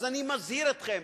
אז אני מזהיר אתכם,